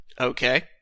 Okay